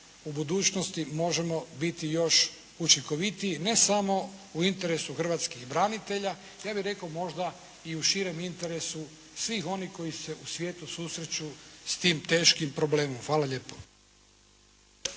u budućnosti možemo biti još učinkovitiji, ne samo u interesu hrvatskih branitelja, ja bih rekao možda i u širem interesu svih onih koji se u svijetu susreću s tim teškim problemom. Hvala lijepo.